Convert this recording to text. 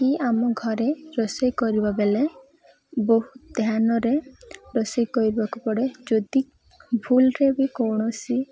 କି ଆମ ଘରେ ରୋଷେଇ କରିବା ବେଳେ ବହୁତ ଧ୍ୟାନରେ ରୋଷେଇ କରିବାକୁ ପଡ଼େ ଯଦି ଭୁଲ୍ରେ ବି କୌଣସି